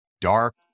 dark